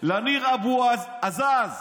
ליניר אבו רקייק,